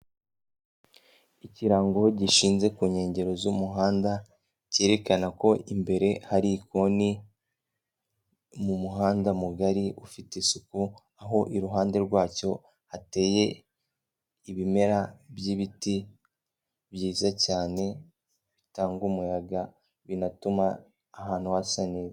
Ikirango gishinze ku nkengero z'umuhanda, cyerekana ko imbere hari ikoni mu muhanda mugari ufite isuku, aho iruhande rwacyo hateye ibimera by'ibiti byiza cyane bitanga umuyaga, binatuma ahantu hasa neza.